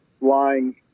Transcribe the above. lying